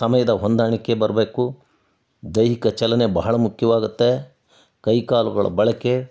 ಸಮಯದ ಹೊಂದಾಣಿಕೆ ಬರಬೇಕು ದೈಹಿಕ ಚಲನೆ ಬಹಳ ಮುಖ್ಯವಾಗತ್ತೆ ಕೈಕಾಲುಗಳ ಬಳಕೆ